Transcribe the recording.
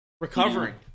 recovering